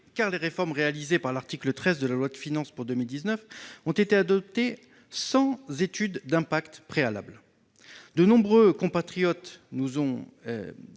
car les réformes inscrites dans l'article 13 de la loi de finances pour 2019 ont été adoptées sans étude d'impact préalable. Nombre de nos compatriotes nous en décrivent